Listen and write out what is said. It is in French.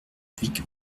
vic